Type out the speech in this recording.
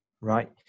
right